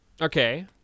Okay